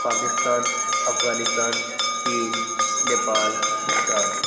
ਪਾਕਿਸਤਾਨ ਅਫਗਾਨਿਸਤਾਨ ਚੀਨ ਨੇਪਾਲ ਭੂਟਾਨ